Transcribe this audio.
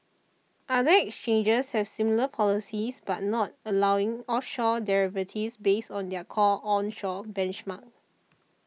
other exchanges have similar policies but not allowing offshore derivatives based on their core onshore benchmarks